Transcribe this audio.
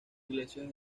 iglesias